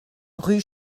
rue